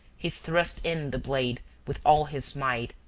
he thrust in the blade with all his might,